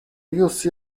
use